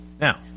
Now